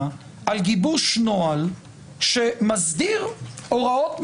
על גיבוש נוהל שמסדיר הוראות מיוחדות.